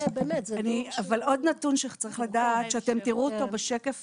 עוד נתון שצריך לדעת שאתם תראו אותו בשקף